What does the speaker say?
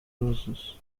roses